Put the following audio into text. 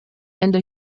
ende